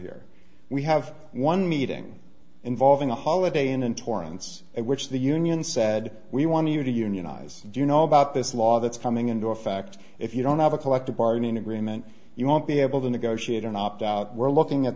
here we have one meeting involving a holiday inn in torrance at which the union said we want you to unionize do you know about this law that's coming into effect if you don't have a collective bargaining agreement you won't be able to negotiate an opt out we're looking at